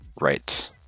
Right